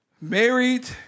Married